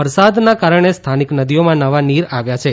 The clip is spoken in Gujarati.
વરસાદના કારણે સ્થાનિક નદીઓમાં નવા નીર આવ્યા છે